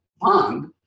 bond